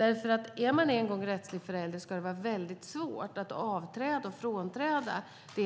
Är man en gång rättslig förälder ska det vara svårt att avträda och frånträda detta. Det